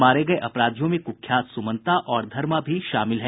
मारे गये अपराधियों में कुख्यात सुमंता और धरमा भी शामिल है